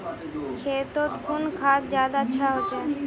खेतोत कुन खाद ज्यादा अच्छा होचे?